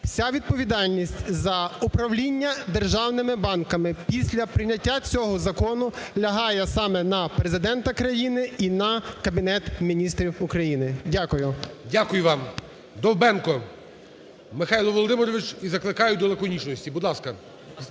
вся відповідальність за управління державними банками після прийняття цього закону лягає саме на Президента країни і на Кабінет Міністрів України. Дякую. ГОЛОВУЮЧИЙ. Дякую вам. Довбенко Михайло Володимирович. І закликаю до лаконічності, будь ласка.